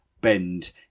bend